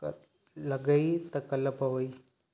त लॻई त काल्ह पवई